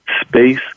space